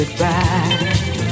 goodbye